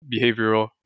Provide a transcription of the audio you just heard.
behavioral